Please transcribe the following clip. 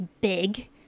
Big